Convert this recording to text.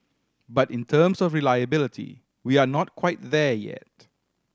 but in terms of reliability we are not quite there yet